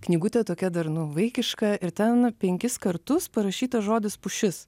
knygutė tokia dar nu vaikiška ir ten penkis kartus parašytas žodis pušis